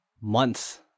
months